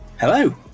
Hello